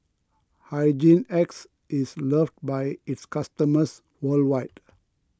Hygin X is loved by its customers worldwide